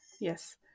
Yes